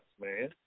man